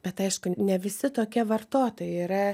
bet aišku ne visi tokie vartotojai yra